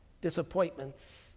disappointments